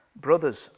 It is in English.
Brothers